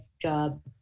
job